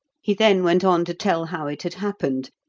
he then went on to tell how it had happened,